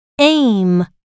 aim